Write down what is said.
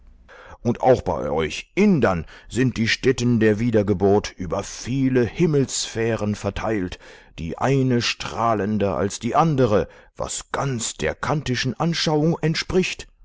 und auch bei euch indern sind die stätten der wiedergeburt über viele himmelssphären verteilt die eine strahlender als die andere was ganz der kantischen anschauung entspricht